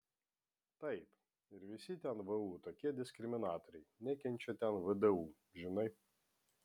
taip ir visi ten vu tokie diskriminatoriai nekenčia ten vdu žinai